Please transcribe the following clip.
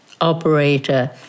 operator